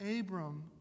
Abram